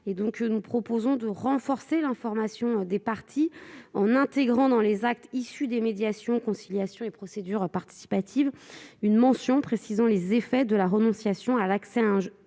pour objet de renforcer l'information des parties en intégrant dans les actes issus des médiations, conciliations et procédures participatives une mention précisant les effets de la renonciation à l'accès à un juge